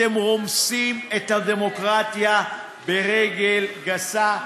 אתם רומסים את הדמוקרטיה ברגל גסה.